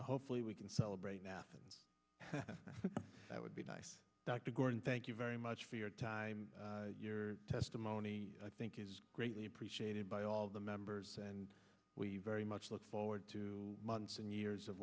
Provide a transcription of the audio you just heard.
hopefully we can celebrate now things that would be nice dr gordon thank you very much for your time your testimony i think is greatly appreciated by all the members and we very much look forward to months and years of